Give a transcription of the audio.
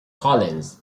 collins